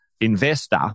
investor